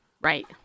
Right